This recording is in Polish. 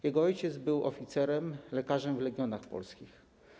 Jego ojciec był oficerem, lekarzem w Legionach Polskich.